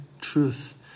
truth